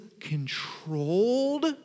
controlled